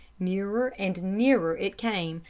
nearer and nearer it came,